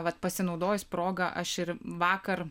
vat pasinaudojus proga aš ir vakar